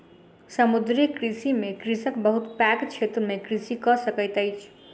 समुद्रीय कृषि में कृषक बहुत पैघ क्षेत्र में कृषि कय सकैत अछि